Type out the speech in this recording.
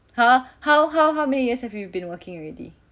!huh! how how how many years have you been working already